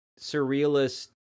surrealist